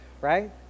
right